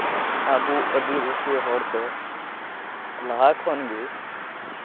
ᱟᱵᱚ ᱟᱹᱫᱤᱵᱟᱹᱥᱤ ᱦᱚᱲ ᱫᱚ ᱞᱟᱦᱟ ᱠᱷᱚᱱ ᱜᱮ